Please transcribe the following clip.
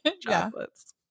chocolates